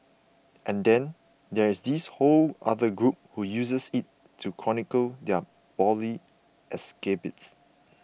and then there's this whole other group who uses it to chronicle their bawdy escapades